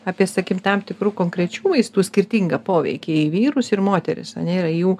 apie sakykim tam tikrų konkrečių vaistų skirtingą poveikį į vyrus ir moteris ane ir jų